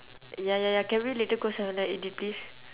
ya ya ya can we later go seven eleven eat it please